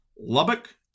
Lubbock